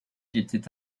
était